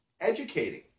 educating